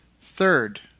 Third